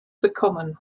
bekommen